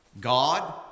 God